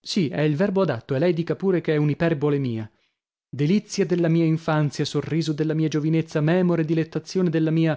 sì è il verbo adatto e lei dica pure ch'è un'iperbole mia delizia della mia infanzia sorriso della mia giovinezza memore dilettazione della mia